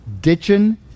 Ditching